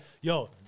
yo